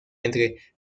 entre